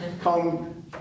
Come